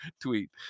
tweet